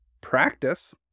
Practice